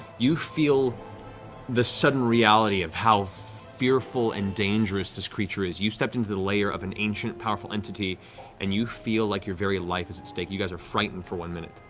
you feel the sudden reality of how fearful and dangerous this creature is. you stepped into the lair of an ancient, powerful entity and you feel like your very life is at stake. you guys are frightened for one minute.